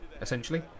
Essentially